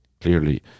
clearly